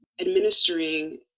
administering